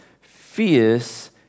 fierce